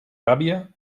gàbia